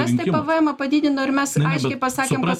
estai pėvėemą padidino ir mes aiškiai pasakėm kas